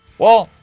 well.